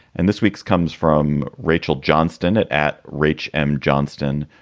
and this week's comes from rachel johnston at at reach m. johnston.